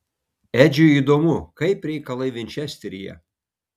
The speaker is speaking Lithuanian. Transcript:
edžiui įdomu kaip reikalai vinčesteryje